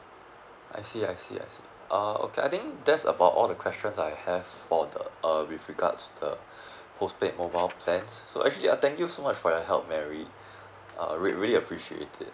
I see I see I see uh okay I think that's about all the questions I have for the err with regards uh postpaid mobile plan so actually uh thank you so much for your help marry err rea~ really appreciated